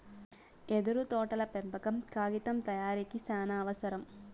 యెదురు తోటల పెంపకం కాగితం తయారీకి సానావసరం